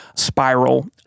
spiral